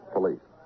Police